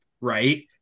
right